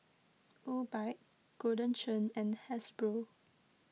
Obike Golden Churn and Hasbro